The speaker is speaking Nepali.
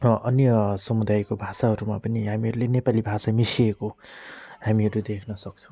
अन्य समुदायको भाषाहरूमा पनि हामीहरूले नेपाली भाषा मिसिएको हामीहरू देख्नसक्छौँ